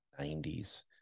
90s